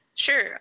Sure